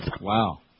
Wow